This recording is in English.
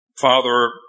Father